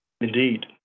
Indeed